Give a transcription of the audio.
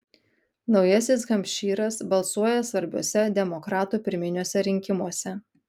naujasis hampšyras balsuoja svarbiuose demokratų pirminiuose rinkimuose